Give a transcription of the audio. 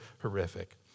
horrific